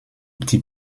petit